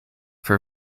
for